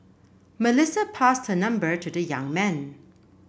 Melissa passed her number to the young man